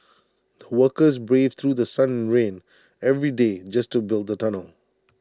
the workers braved through The Sun and rain every day just to build the tunnel